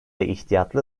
ihtiyatlı